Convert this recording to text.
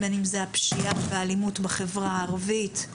בין אם זה הפשיעה והאלימות בחברה הערבית,